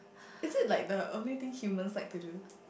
is it like the only thing human like to do